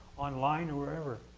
online or wherever.